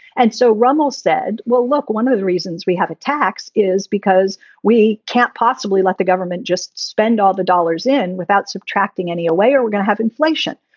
and so rummell said, well, look, one of the reasons we have a tax is because we can't possibly let the government just spend all the dollars in without subtracting any away or we're gonna have inflation.